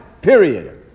period